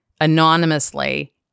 anonymously